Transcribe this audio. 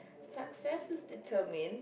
success is determined